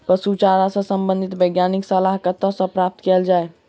पशु चारा सऽ संबंधित वैज्ञानिक सलाह कतह सऽ प्राप्त कैल जाय?